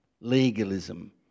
legalism